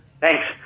Thanks